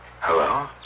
Hello